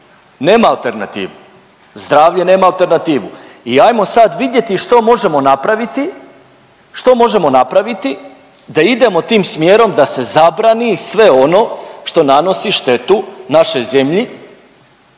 nema alternativu, zdravlje nema alternativu i hajmo sad vidjeti što možemo napraviti da idemo tim smjerom da se zabrani i sve ono što nanosi štetu našoj zemlji